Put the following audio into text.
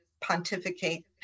pontificate